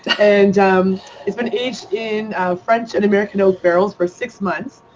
and it's been aged in french and american oak barrels for six months.